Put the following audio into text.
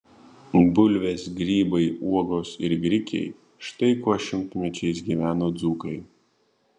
bulvės grybai uogos ir grikiai štai kuo šimtmečiais gyveno dzūkai